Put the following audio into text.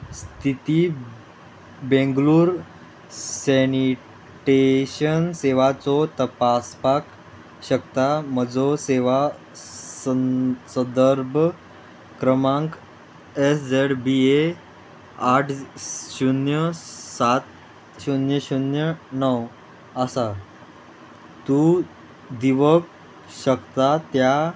स्थिती बेंगलोर सेनिटेशन सेवाचो तपासपाक शकता म्हजो सेवा सदर्भ क्रमांक एस झॅड बी ए आठ शुन्य सात शुन्य शुन्य णव आसा तूं दिवप शकता त्या